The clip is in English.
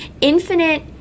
Infinite